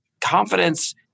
confidence